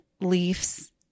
leaves